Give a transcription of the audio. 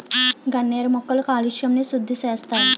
గన్నేరు మొక్కలు కాలుష్యంని సుద్దిసేస్తాయి